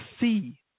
see